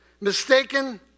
mistaken